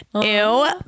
Ew